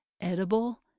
edible